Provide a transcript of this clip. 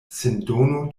sindono